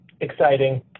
exciting